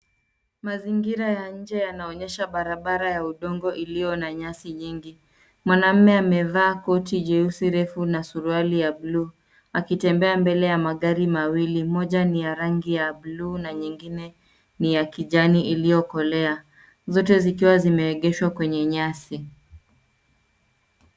Mazingira ya nje yanaonyesha barabara ya udongo iliyo na nyasi nyingi. Mwanaume amevaa koti jeusi refu na suruali ya buluu, akitembea mbele ya magari mawili. Moja ni ya rangi ya buluu, na nyingine ni ya kijani iliyokolea, zote zikiwa zimeegeshwa kwenye nyasi.